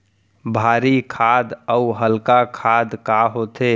भारी खाद अऊ हल्का खाद का होथे?